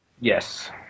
Yes